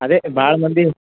ಅದೆ ಭಾಳ ಮಂದಿ